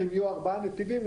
אם יהיו ארבעה נתיבים,